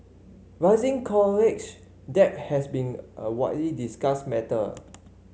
rising college debt has been a widely discussed matter